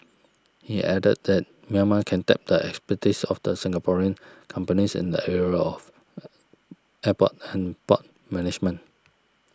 he added that Myanmar can tap the expertise of the Singaporean companies in the areas of airport and port management